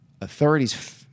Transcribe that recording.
Authorities